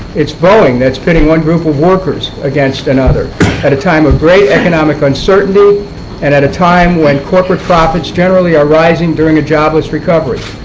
boeing that is pitting one group of workers against another at a time of great economic uncertainty and at a time when corporate profits generally are rising during a jobless recovery.